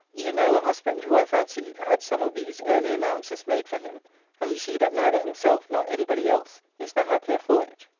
you know a husband, who, i fancy, had some of these early allowances made for him and you see that neither himself nor any body else is the happier for it.